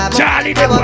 Charlie